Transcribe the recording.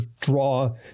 draw